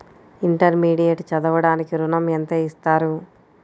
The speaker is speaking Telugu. ఇంటర్మీడియట్ చదవడానికి ఋణం ఎంత ఇస్తారు?